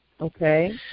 Okay